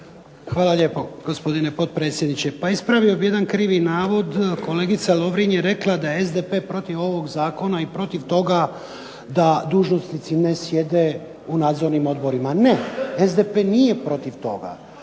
Hvala lijepo, gospodine potpredsjedniče. Pa ispravio bih jedan krivi navod. Kolegica Lovrin je rekla da je SDP protiv ovog zakona i protiv toga da dužnosnici ne sjede u nadzornim odborima. Ne, SDP nije protiv toga,